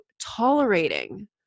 tolerating